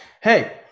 Hey